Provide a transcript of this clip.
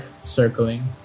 circling